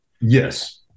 Yes